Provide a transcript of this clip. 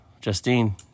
Justine